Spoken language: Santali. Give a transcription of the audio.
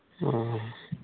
ᱚᱸᱻ